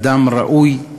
אדם ראוי,